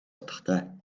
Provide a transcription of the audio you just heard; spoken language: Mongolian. утгатай